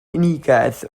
unigedd